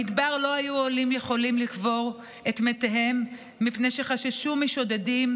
במדבר לא היו העולים יכולים לקבור את מתיהם מפני שחששו משודדים,